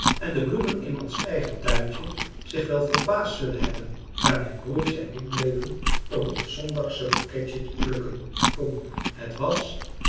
en de bloemen in ons eigen tuintje zich wel verbaasd zullen hebben waar mijn broertje en ik bleven om ons zondagsche bouquetje te plukken voor moeder het was